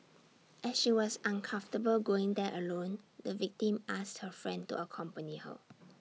as she was uncomfortable going there alone the victim asked her friend to accompany her